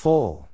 Full